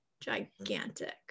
gigantic